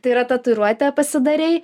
tai yra tatuiruotę pasidarei